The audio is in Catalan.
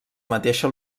mateixa